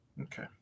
Okay